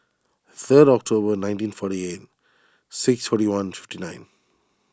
third October nineteen forty eight six twenty one fifty nine